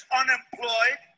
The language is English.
unemployed